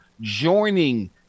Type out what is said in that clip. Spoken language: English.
joining